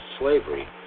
slavery